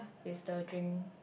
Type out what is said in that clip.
is the drink